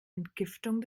entgiftung